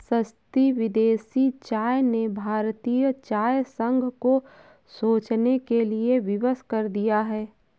सस्ती विदेशी चाय ने भारतीय चाय संघ को सोचने के लिए विवश कर दिया है